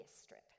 strip